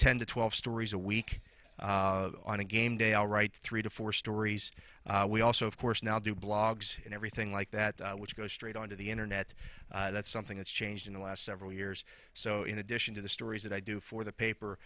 ten to twelve stories a week on a game day i'll write three to four stories we also of course now do blogs and everything like that which goes straight on to the internet that's something that's changed in the last several years so in addition to the stories that i do for the paper